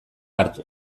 hartu